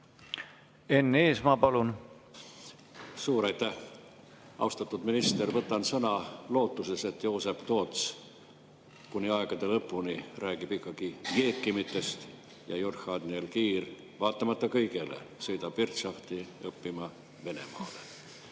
mitte nalja pärast. Suur aitäh! Austatud minister! Võtan sõna lootuses, et Joosep Toots kuni aegade lõpuni räägib ikkagi jeekimitest ja Jorh Aadniel Kiir vaatamata kõigele sõidab virtsahvti õppima Venemaale.